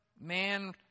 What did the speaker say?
man